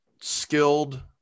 skilled